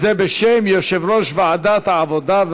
וזה בשם יושב-ראש ועדת העבודה,